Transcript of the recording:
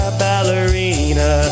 ballerina